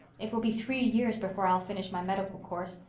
it will be three years before i'll finish my medical course.